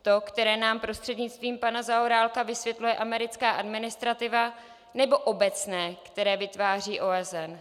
To, které nám prostřednictvím pana Zaorálka vysvětluje americká administrativa, nebo obecné, které vytváří OSN?